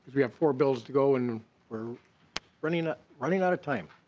we have four bills to go and were running ah running out of time.